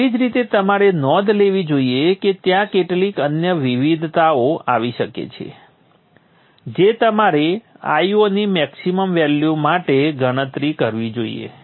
તેવી જ રીતે તમારે નોંધ લેવી જોઈએ કે ત્યાં કેટલીક અન્ય વિવિધતાઓ આવી શકે છે જે તમારે Io ની મેક્સીમમ વેલ્યુ માટે ગણતરી કરવી જોઈએ